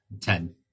Ten